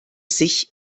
sich